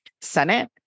Senate